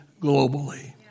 globally